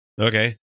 Okay